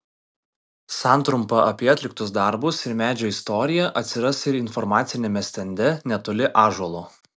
santrumpa apie atliktus darbus ir medžio istoriją atsiras ir informaciniame stende netoli ąžuolo